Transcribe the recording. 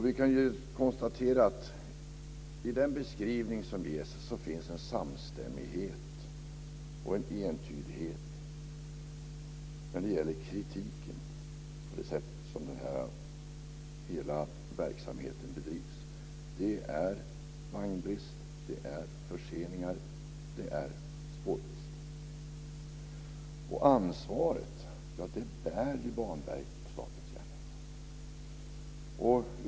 Vi kan konstatera att det i den beskrivning som ges finns en samstämmighet och en entydighet när det gäller kritiken mot det sätt på vilket hela den här verksamheten bedrivs. Det är vagnbrist, det är förseningar och det är spårbrist. Ansvaret bär Banverket och Statens järnvägar.